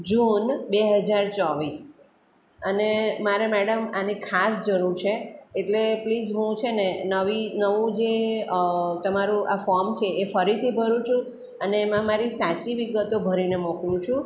જૂન બે હજાર ચોવીસ અને મારે મેડમ આની ખાસ જરૂર છે એટલે પ્લીઝ હું છે ને નવી નવું જે તમારું આ આ ફોમ છે એ ફરીથી ભરું છું અને એમાં મારી સાચી વિગતો ભરીને મોકલું છું